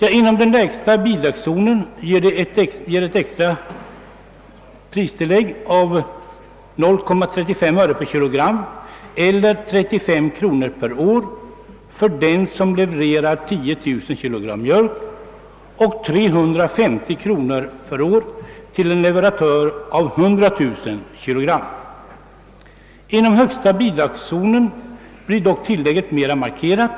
Inom den lägsta bidragszonen ger ett extra pristillägg på 0,35 öre per kilo 35 kronor per år för den som levererar 10000 kilo mjölk och 350 kronor per år till den som levererar 100000 kilo mjölk. Inom den högsta bidragszonen blir dock tillägget mera markerat.